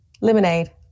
Lemonade